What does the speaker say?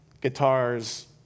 guitars